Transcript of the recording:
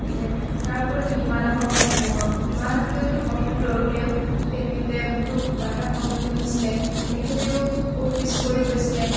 এতিয়া তাৰ উপৰি আমি হিমা দাসৰ কথা চাব পাৰোঁ হিমা দাসেওতো প্ৰথম দৌৰোঁতেও তেখেতে বহুতো বাধাৰ সন্মুখীন হৈছিলে তেখেতেও বহুত পিছ পৰি গৈছিলে